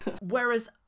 Whereas